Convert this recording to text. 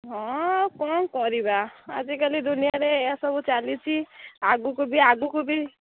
ହଁ କ'ଣ କରିବା ଆଜିକାଲି ଦୁନିଆରେ ଏହା ସବୁ ଚାଲିଛି ଆଗକୁ ବି ଆଗକୁ ବି